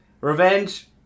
Revenge